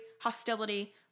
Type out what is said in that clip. hostility